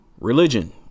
religion